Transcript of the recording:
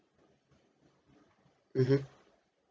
mmhmm